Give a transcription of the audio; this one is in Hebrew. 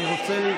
אני רוצה,